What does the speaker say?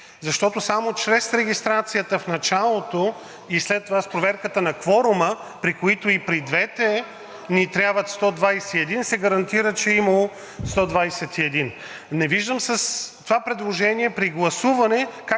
защото само чрез регистрацията в началото и след това с проверката на кворума, при които и при двете ни трябват 121, се гарантира, че е имало 121. Не виждам с това предложение при гласуване